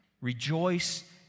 Rejoice